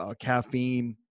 caffeine